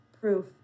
proof